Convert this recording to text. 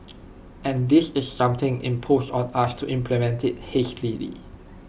and this is something imposed on us to implement IT hastily